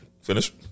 Finish